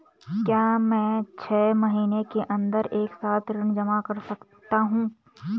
क्या मैं छः महीने के अन्दर एक साथ ऋण जमा कर सकता हूँ?